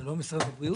זה לא משרד הבריאות?